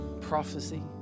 prophecy